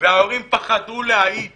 וההורים פחדו להעיד